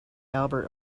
albert